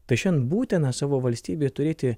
tai šiandien būtina savo valstybėj turėti